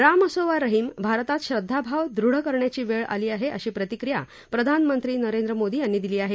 राम असो वा रहीम भारतात श्रद्धा भाव दृढ करण्याचीही वेळ असल्याची प्रतिक्रीया प्रधानमंत्री नरेंद्र मोदी यांनी दिली आहे